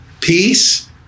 peace